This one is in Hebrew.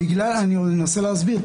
חבר הכנסת ביטן, אני מנסה להסביר.